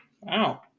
Wow